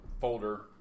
folder